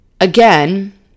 again